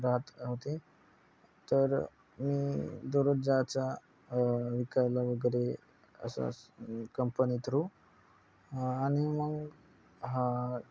राहात होते तर मी दररोज जायचो विकायला वगैरे असं कंपनी थ्रू आणि मग हा